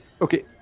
Okay